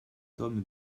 tome